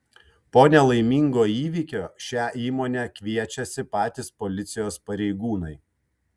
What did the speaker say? po nelaimingo įvykio šią įmonę kviečiasi patys policijos pareigūnai